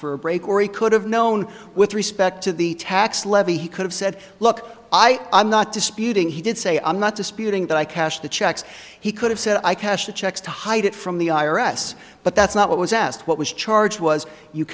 for a break or he could have known with respect to the tax levy he could have said look i i'm not disputing he did say i'm not disputing that i cashed the checks he could have said i cash the checks to hide it from the i r s but that's not what was asked what was charged was you